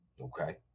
okay